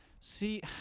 See